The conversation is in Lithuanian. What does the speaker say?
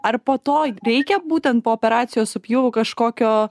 ar po to reikia būtent po operacijos su pjūviu kažkokio